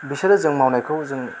बिसोरो जों मावनायखौ जों